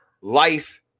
life